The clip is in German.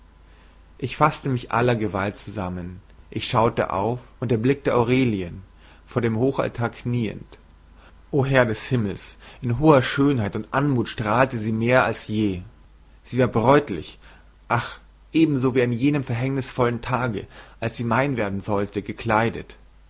ich faßte mich mit aller gewalt zusammen ich schaute auf und erblickte aurelien vor dem hochaltar kniend o herr des himmels in hoher schönheit und anmut strahlte sie mehr als je sie war bräutlich ach ebenso wie an jenem verhängnisvollen tage da sie mein werden sollte gekleidet